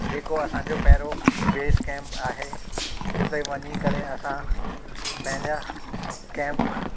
जेको असांजो पहिरियों बेस कैम्प आहे हुते वञी करे असां पंहिंजा कैम्प